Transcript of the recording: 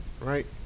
right